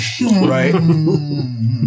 right